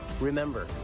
Remember